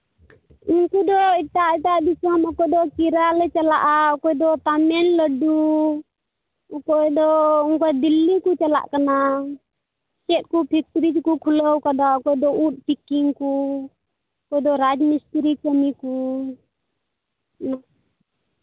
ᱩᱱᱠᱩ ᱫᱚ ᱮᱴᱟᱜ ᱮᱴᱟᱜ ᱫᱤᱥᱚᱢ ᱚᱠᱚᱭ ᱫᱚ ᱠᱮᱨᱚᱞᱮ ᱪᱟᱞᱟᱜᱼᱟ ᱚᱠᱚᱭ ᱫᱚ ᱛᱟᱹᱢᱤᱞᱱᱟᱹᱰᱩ ᱚᱠᱚᱭ ᱫᱚ ᱫᱤᱞᱞᱤ ᱠᱚ ᱪᱟᱞᱟᱜ ᱠᱟᱱᱟ ᱪᱮᱫ ᱠᱚ ᱯᱷᱮᱠᱴᱨᱤ ᱠᱚ ᱠᱚ ᱠᱷᱩᱞᱟᱹᱣ ᱠᱟᱫᱟ ᱚᱠᱚᱭ ᱫᱚ ᱩᱵ ᱯᱮᱠᱤᱝ ᱠᱚ ᱚᱠᱚᱭ ᱫᱚ ᱨᱟᱡᱽᱢᱤᱥᱛᱨᱤ ᱠᱟᱹᱢᱤ ᱠᱚ